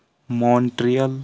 Montreal